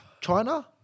China